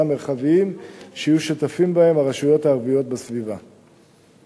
מרחביים שהרשויות הערביות בסביבה יהיו שותפות בהם.